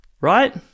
right